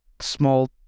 small